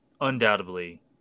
undoubtedly